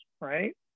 right